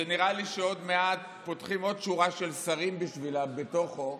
שנראה לי שעוד מעט פותחים עוד שורה של שרים בשבילה בתוכו,